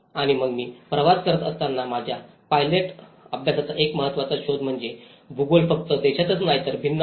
आणि मग मी प्रवास करत असताना माझ्या पायलट अभ्यासाचा एक महत्त्वाचा शोध म्हणजे भूगोल फक्त देशातच नाही तर भिन्न आहे